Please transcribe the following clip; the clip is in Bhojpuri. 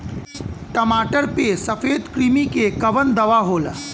टमाटर पे सफेद क्रीमी के कवन दवा होला?